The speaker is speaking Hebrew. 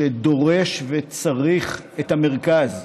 שדורש וצריך את המרכז.